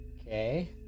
Okay